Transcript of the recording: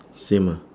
same ah